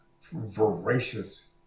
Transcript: voracious